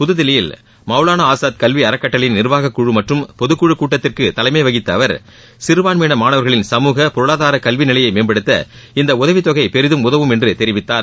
புதுதில்லியில் மௌலானா ஆசாத் கல்வி அறக்கட்டளையின் நிர்வாகக் குழு மற்றும் பொதுக்குழுக் கூட்டத்திற்கு தலைமை வகித்த அவர் சிறுபான்மையின மாணவர்களின் சமூக பொருளாதார கல்வி நிலையை மேம்படுத்த இந்த உதவித் தொகை பெரிதும் உதவும் என்று தெரிவித்தார்